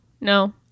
No